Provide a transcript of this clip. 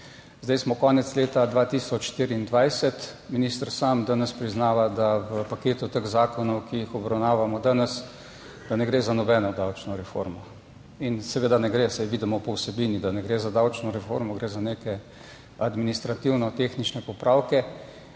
Zdaj smo konec leta 2024. Minister sam danes priznava, da v paketu teh zakonov, ki jih obravnavamo danes, da ne gre za nobeno davčno reformo in seveda ne gre, saj vidimo po vsebini, da ne gre za davčno reformo, gre za neke administrativno-tehnične popravke,